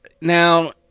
Now